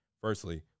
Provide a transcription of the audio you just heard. firstly